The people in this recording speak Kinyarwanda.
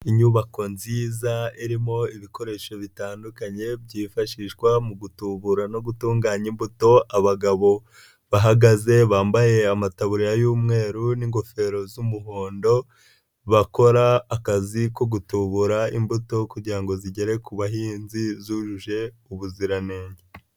Inyubako nziza irimo ibikoresho bitandukanye, byifashishwa mu gutubura no gutunganya imbuto, abagabo bahagaze bambaye amataburiya y'umweru n'ingofero z'umuhondo, bakora akazi ko gutobura imbuto kugira ngo zigere ku bahinzi zujuje ubuziranenge.